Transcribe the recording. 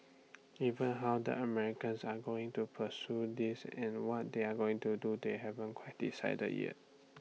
even how the Americans are going to pursue this and what they're going to do they haven't quite decided yet